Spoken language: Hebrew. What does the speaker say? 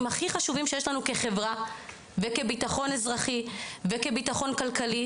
הכי חשובים שיש לנו כחברה וכביטחון אזרחי וכביטחון כלכלי,